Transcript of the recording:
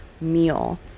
meal